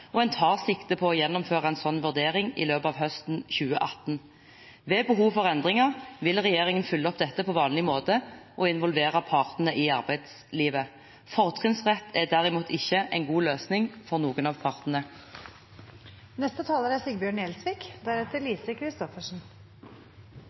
og en tar sikte på å gjennomføre en slik vurdering i løpet av høsten 2018. Ved behov for endringer vil regjeringen følge opp dette på vanlig måte og involvere partene i arbeidslivet. Fortrinnsrett er derimot ikke en god løsning for noen av